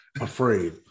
Afraid